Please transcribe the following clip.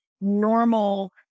normal